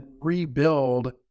rebuild